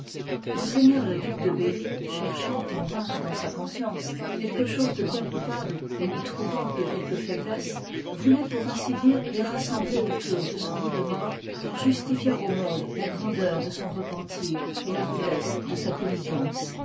ms le duc de berry cherchant en vain dans sa conscience quelque chose de bien coupable et n'y trouvant que quelques foiblesses vouloit pour ainsi dire les rassembler autour de son lit de mort pour justifier au monde la grandeur de son re pentir et la rudesse de sa pénitence